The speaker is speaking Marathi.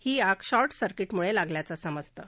ही आग शॉर्ट सर्किटम्ळे लागल्याचं समजतं